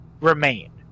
remain